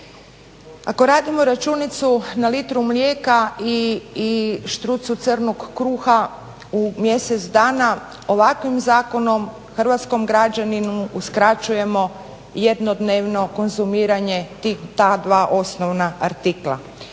Ako radimo računicu na litru mlijeka i štrucu crnog kruha u mjesec dana ovakvim zakonom hrvatskom građaninu uskraćujemo jednodnevno konzumiranje ta dva osnovna artikla.